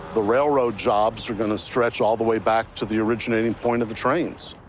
the railroad jobs are gonna stretch all the way back to the originating point of the trains.